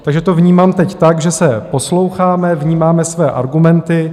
Takže to vnímám teď tak, že se posloucháme, vnímáme své argumenty.